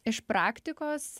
iš praktikos